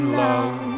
love